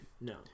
No